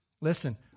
Listen